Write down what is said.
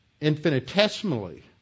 infinitesimally